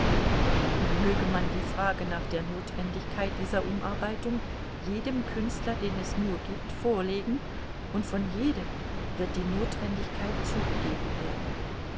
nun möge man die frage nach der notwendigkeit dieser umarbeitung jedem künstler den es nur gibt vorlegen von jedem wird die notwendigkeit zugegeben werden